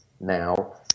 now